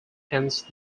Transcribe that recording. hence